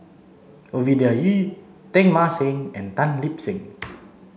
Ovidia Yu Teng Mah Seng and Tan Lip Seng